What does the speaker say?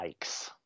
yikes